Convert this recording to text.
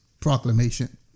proclamation